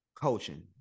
coaching